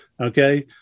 Okay